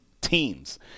teams